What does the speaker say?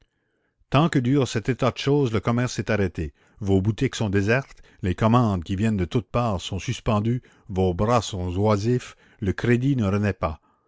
tant que dure cet état de choses le commerce est arrêté vos boutiques sont désertes les commandes qui viennent de toutes parts sont suspendues vos bras sont oisifs le crédit ne renaît pas